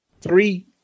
Three